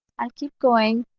i'll keep going,